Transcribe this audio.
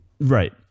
Right